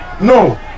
No